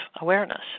awareness